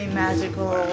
magical